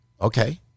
Okay